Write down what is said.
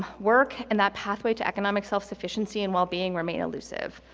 work and that pathway to economic self-sufficiency and wellbeing remain elusive.